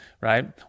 right